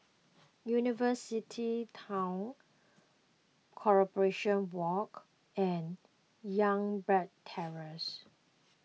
University Town Corporation Walk and Youngberg Terrace